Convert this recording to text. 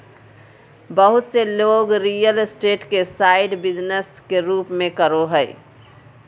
बहुत लोग real estate के साइड बिजनेस के रूप में करो हइ